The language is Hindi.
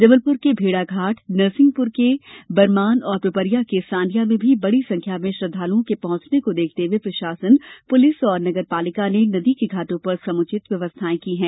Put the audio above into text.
जबलपुर के भेडाघाट नरसिंहपुर के बरमान और पिपरिया के साडिया में भी बड़ी संख्या में श्रद्धालुओं के पहुंचने को देखते हुए प्रशासन पुलिस और नगरपालिका ने नदी के घाटों पर समुचित व्यवस्थाएं की हैं